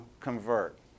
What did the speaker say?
convert